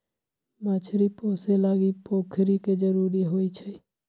मछरी पोशे लागी पोखरि के जरूरी होइ छै